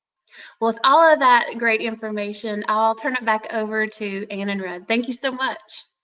with all of that great information, i'll turn it back over to ann and rud. thank you so much.